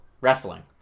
wrestling